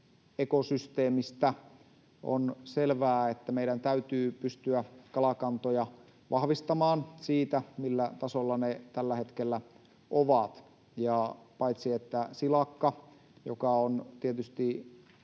ekosysteemistä. On selvää, että meidän täytyy pystyä kalakantoja vahvistamaan siitä, millä tasolla ne tällä hetkellä ovat. Vaikka silakka on tietysti